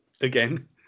Again